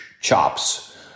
chops